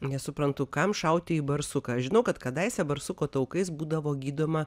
nesuprantu kam šauti į barsuką žinau kad kadaise barsuko taukais būdavo gydoma